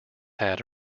had